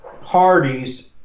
parties